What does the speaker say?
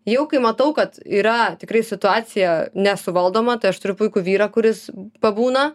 jau kai matau kad yra tikrai situacija nesuvaldoma tai aš turiu puikų vyrą kuris pabūna